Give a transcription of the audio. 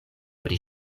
pri